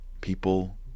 People